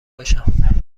باشم